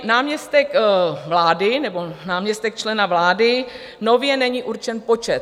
Náměstek vlády nebo náměstek člena vlády nově není určen počet.